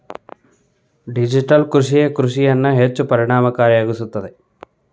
digital ಕೃಷಿಯೇ ಕೃಷಿಯನ್ನು ಹೆಚ್ಚು ಪರಿಣಾಮಕಾರಿಯಾಗಿಸುತ್ತದೆ